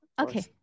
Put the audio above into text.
Okay